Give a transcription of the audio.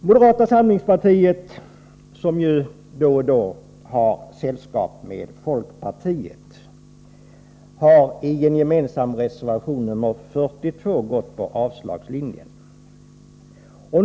Moderata samlingspartiet och folkpartiet, som ju då och då har sällskap, har i den gemensamma reservationen 42 gått på avslagslinjen.